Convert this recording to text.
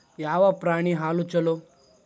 ಯಾವ ಪ್ರಾಣಿ ಹಾಲು ಛಲೋ?